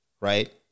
right